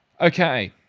Okay